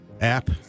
app